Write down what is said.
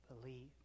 believe